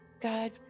God